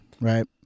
Right